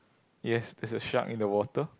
yes there's a shark in the water